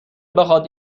بخواد